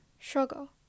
struggle